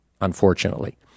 unfortunately